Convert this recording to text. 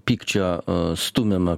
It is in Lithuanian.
pykčio stumiamą